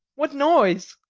what noise?